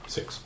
Six